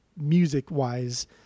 music-wise